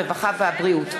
הרווחה והבריאות.